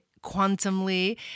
quantumly